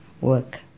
Work